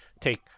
take